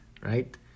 Right